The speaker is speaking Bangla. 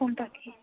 কোনটা কি